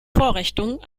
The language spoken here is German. vorrichtung